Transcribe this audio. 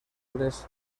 les